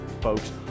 folks